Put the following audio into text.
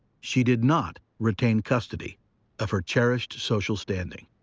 she did not retain custody of her cherished social standing.